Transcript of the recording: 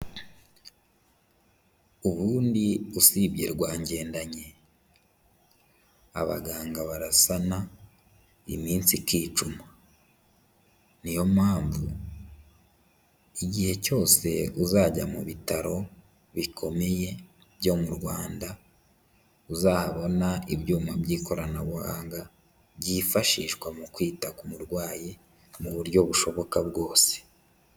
Ubundi usibye rwangendanyi, abaganga barasana iminsi ikicuma, niyo mpamvu igihe cyose uzajya mu bitaro bikomeye byo mu Rwanda uzahabona ibyuma by'ikoranabuhanga byifashishwa mu kwita ku murwayi mu buryo bushoboka bwose.